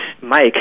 Mike